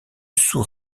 sous